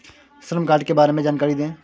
श्रम कार्ड के बारे में जानकारी दें?